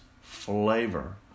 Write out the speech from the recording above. flavor